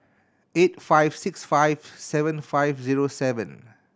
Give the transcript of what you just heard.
eight five six five seven five zero seven